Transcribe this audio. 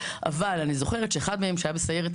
אבל אני זוכרת שאחד מהם שהיה בסיירת,